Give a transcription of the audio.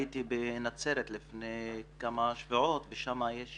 הייתי בנצרת לפני כמה שבועות ושם יש